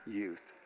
youth